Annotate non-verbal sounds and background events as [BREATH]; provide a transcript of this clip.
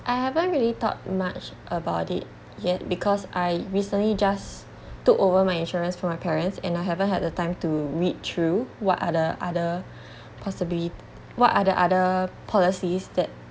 I haven't really thought much about it yet because I recently just took over my insurance from my parents and I haven't had the time to read through what other other [BREATH] possibly what other other policies that